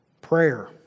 prayer